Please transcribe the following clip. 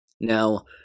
Now